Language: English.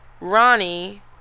Ronnie